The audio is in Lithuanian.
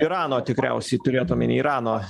irano tikriausiai turėjot omeny irano